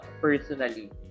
personally